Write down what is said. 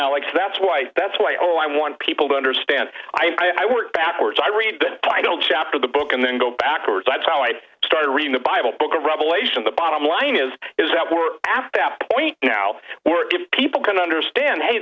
alex that's why that's why i want people to understand i work backwards i read the title chapter of the book and then go backwards that's how i started reading the bible book of revelation the bottom line is is that we're asked that point now where if people can understand hey